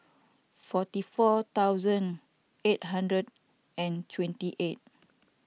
forty four thousand eight hundred and twenty eight